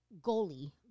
goalie